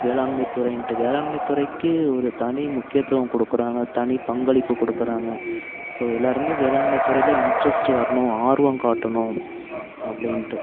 வேளாண்மைத்துறையின்டு வேளாண்மைத்துறைக்கு ஒரு தனி முக்கியத்துவம் கொடுக்குறாங்க தனி பங்களிப்பு கொடுக்கிறாங்க ஸோ எல்லோருமே வேளாண்மைத்துறையில் இன்ட்ரஸ்ட் வரணும் ஆர்வம் காட்டணும் அப்படின்டு